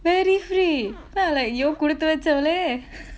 very free ah like !aiyo! குடுத்த வெச்சவலே:kuduthu vechavalae